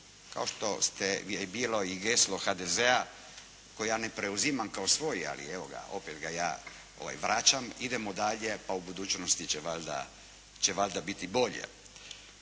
kao što je bilo i geslo HDZ-a koje ja ne preuzimam kao svoje ali evo, opet ga ja vraćam "Idemo dalje!" pa u budućnosti će valjda biti bolje.